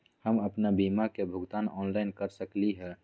हम अपन बीमा के भुगतान ऑनलाइन कर सकली ह?